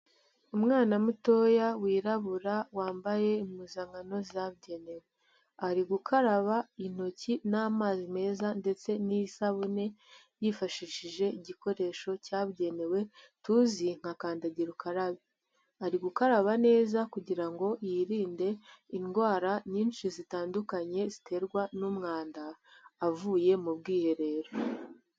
Umwana mutoya wirabura, wambaye impuzankano zabugenewe. Ari gukaraba intoki n'amazi meza ndetse n'isabune, yifashishije igikoresho cyabugenewe tuzi nka kandagira ukarabe. Ari gukaraba neza kugira ngo yirinde indwara nyinshi zitandukanye ziterwa n'umwanda, avuye mu bwiherero.